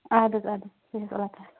اَد حٲز اَد حظ بِہِو اَللّہ تعالٰ ہَس حَوال